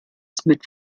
mit